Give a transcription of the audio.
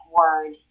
word